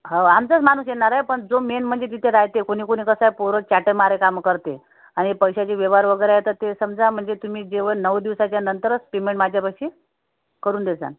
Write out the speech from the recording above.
हो आमचाच माणूस येणार आहे पण जो मेन म्हणजे तिथे राहते कोणी कोणी कसं पोरं चाट्यामारे काम करते आणि पैशाची व्यवहार वगैरे तर ते समजा म्हणजे तुम्ही जेव्हा नऊ दिवसाच्या नंतरच पेमेंट माझ्यापाशी करून देसान